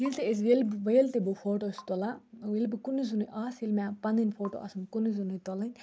ییٚلہِ تہِ أسۍ ییٚلہِ ییٚلہِ تہِ بہٕ فوٹو چھَس تُلان ییٚلہِ بہٕ کُنُے زوٚنُے آسہٕ ییٚلہِ مےٚ پَںٕنۍ فوٹو آسَن کُنُے زوٚنُے تُلٕنۍ